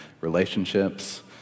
relationships